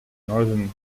northern